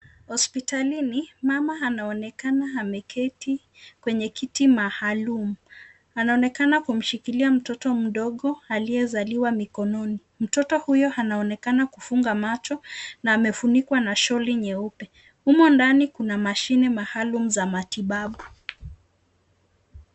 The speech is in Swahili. Hospitalini mama anaonekana ameketi kwenye kiti maalum. Anaonekana kumshikilia mtoto mdogo aliyezaliwa mikononi. Mtoto huyo anaonekana kufunga macho na amefunikwa na sholi nyeupe. Humo ndani kuna mashine maalum za matibabu.